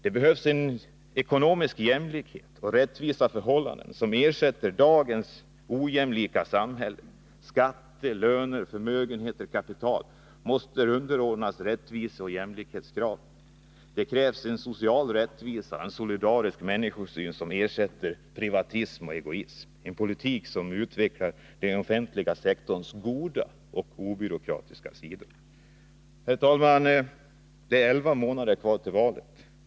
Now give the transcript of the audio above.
Det behövs en ekonomisk jämlikhet och rättvisa förhållanden, som ersätter dagens ojämlika samhälle. Skatter, löner, förmögenheter, kapital måste underordna: rättviseoch jämlikhetskraven. Det krävs en social rättvisa och en solidarisk människosyn, som ersätter privatism och egoism, en politik som utvecklar den offentliga sektorns goda och obyråkratiska sidor. Herr talman! Det är elva månader kvar till valet.